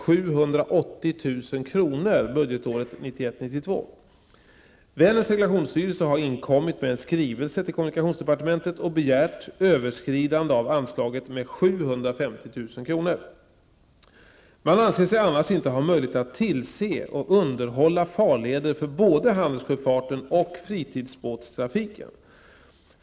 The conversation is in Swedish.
Vänerns seglationsstyrelse har inkommit med en skrivelse till kommunikationsdepartementet och begärt överskridande av anslaget med 750 000 kr. Man anser sig annars inte ha möjlighet att tillse och underhålla farleder för både handelssjöfarten och fritidsbåtstrafiken.